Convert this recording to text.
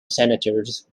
senators